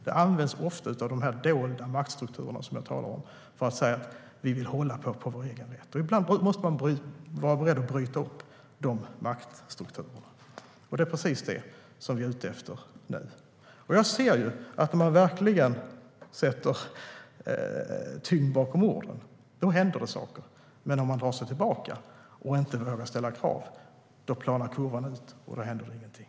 Det används ofta av de dolda maktstrukturerna som jag talar om för att säga att vi vill hålla på vår egen rätt. Ibland måste man vara beredd att bryta upp dessa maktstrukturer, och det är precis det vi är ute efter nu. Jag ser ju att när man verkligen sätter tyngd bakom orden, då händer det saker. Men om man drar sig tillbaka och inte vågar ställa krav, då planar kurvan ut och då händer det ingenting.